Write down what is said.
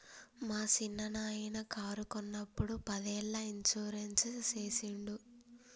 మా సిన్ననాయిన కారు కొన్నప్పుడు పదేళ్ళ ఇన్సూరెన్స్ సేసిండు